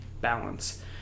balance